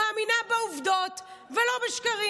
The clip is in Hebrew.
מאמינה בעובדות ולא בשקרים.